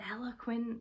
eloquent